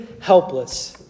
helpless